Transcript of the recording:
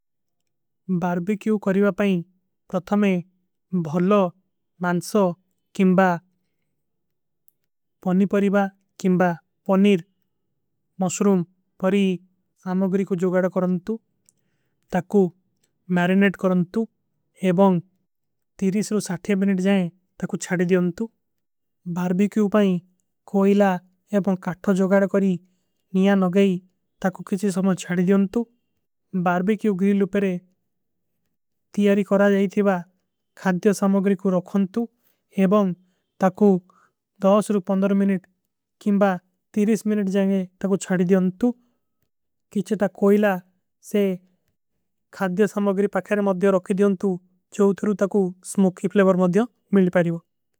ବାର୍ବିକ୍ଯୂ କରୀବା ପାଈ ପ୍ରଥମେ ଭଲୋ ମାଂସୋ କିମବା ପଣୀ ପରୀବା କିମବା। ପଣୀର ମଶୁରୁମ ପରୀ ଆମଵରୀ କୋ ଜୋଗଡା କରନତୁ ତାକୋ ମେରେନେଟ କରନତୁ। ଏବଂଗ ତୀରିଶରୁ ସାଥ୍ଯା ବିନେଟ ଜାଏ ତାକୋ ଛାଡେ ଦିଯନତୁ ବାର୍ବିକ୍ଯୂ ପାଈ। କୋଈଲା ଏବଂଗ କାଥା ଜୋଗଡା କରୀ ନିଯା ନଗଈ ତାକୋ କିଛୀ ସମଝ। ଛାଡେ ଦିଯନତୁ ବାର୍ବିକ୍ଯୂ ଗ୍ରିଲ ଉପରେ ତୀରି କରା ଜାଏ ଥିଵା ଖାଦ୍ଯା ସମଗରୀ। କୋ ରଖନତୁ ଏବଂଗ ତାକୋ ଦାସରୁ ମିନିତ କିମବା ମିନିତ ଜାଏ ତାକୋ। ଛାଡେ ଦିଯନତ କିଛେ ତା କୋଈଲା ସେ ଖାଦ୍ଯା ସମଗରୀ ପାଈଖାରେ ମଦ୍ଯା। ରଖନେ ଦିଯନତୁ ଜୋଗଡା ତାକୋ ସ୍ମୁକ୍ଯୀ ପ୍ଲେଵର ମଦ୍ଯା ମିଲ ପାଈଡୀଵୋ।